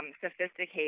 sophisticated